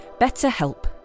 BetterHelp